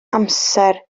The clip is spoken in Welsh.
amser